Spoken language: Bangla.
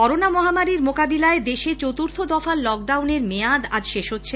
করোনা মহামারির মোকাবিলায় দেশে চতুর্থ দফার লকডাউন এর মেয়াদ আজ শেষ হচ্ছে